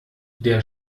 der